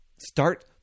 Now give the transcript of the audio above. Start